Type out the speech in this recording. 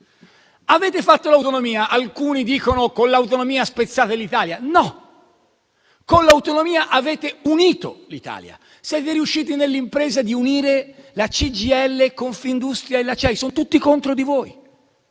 Avete fatto l'autonomia. Alcuni dicono che con l'autonomia spezzate l'Italia. No, con l'autonomia avete unito l'Italia, perché siete riusciti nell'impresa di unire la CGIL, Confindustria e la CEI: sono tutti contro di voi.